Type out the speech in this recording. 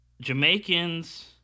Jamaicans